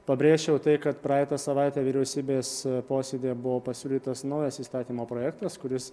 pabrėžčiau tai kad praeitą savaitę vyriausybės posėdyje buvo pasiūlytas naujas įstatymo projektas kuris